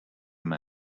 man